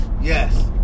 Yes